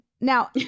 Now